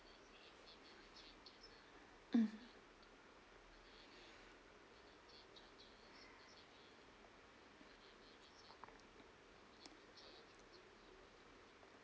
mm